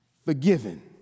forgiven